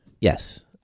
yes